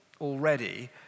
already